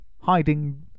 hiding